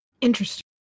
Interesting